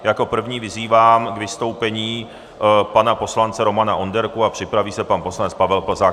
Jako prvního vyzývám k vystoupení pana poslance Romana Onderku a připraví se pan poslanec Pavel Plzák.